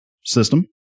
system